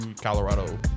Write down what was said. colorado